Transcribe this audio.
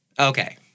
Okay